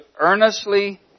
earnestly